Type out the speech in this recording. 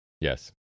Yes